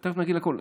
תכף נגיד הכול.